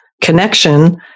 connection